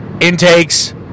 Intakes